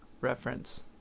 reference